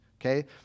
okay